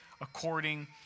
according